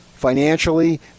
financially